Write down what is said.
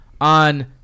on